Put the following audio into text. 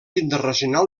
internacional